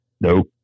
Nope